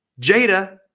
Jada